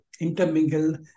intermingled